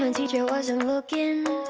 um and teacher wasn't looking